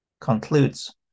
concludes